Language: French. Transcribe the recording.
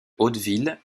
hauteville